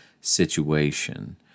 situation